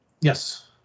Yes